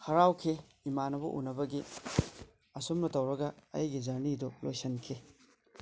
ꯍꯔꯥꯎꯈꯤ ꯏꯃꯥꯟꯅꯕ ꯎꯅꯕꯒꯤ ꯑꯁꯨꯝꯅ ꯇꯧꯔꯒ ꯑꯩꯒꯤ ꯖꯔꯅꯤꯗꯨ ꯂꯣꯏꯁꯤꯟꯈꯤ